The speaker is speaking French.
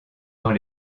dans